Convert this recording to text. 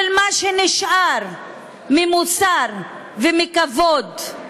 של מה שנשאר מהמוסר ומהכבוד.